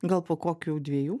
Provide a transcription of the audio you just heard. gal po kokių dviejų